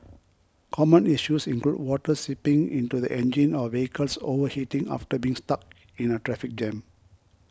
common issues include water seeping into the engine or vehicles overheating after being stuck in a traffic jam